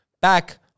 back